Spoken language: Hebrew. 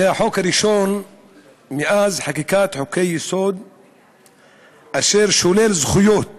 זה החוק הראשון מאז חקיקת חוקי-יסוד אשר שולל זכויות